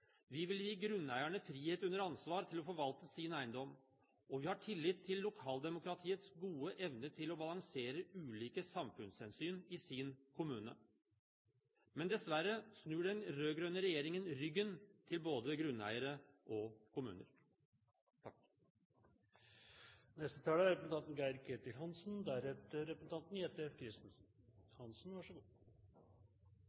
Vi vil gi grunneierne frihet under ansvar til å forvalte sin eiendom, og vi har tillit til lokaldemokratiets gode evne til å balansere ulike samfunnshensyn i sin kommune. Men dessverre snur den rød-grønne regjeringen ryggen til både grunneiere og kommuner. På årets statsbudsjett er